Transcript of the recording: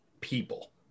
people